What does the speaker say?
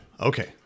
Okay